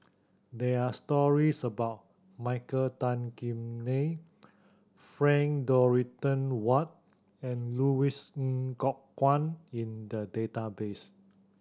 there are stories about Michael Tan Kim Nei Frank Dorrington Ward and Louis Ng Kok Kwang in the database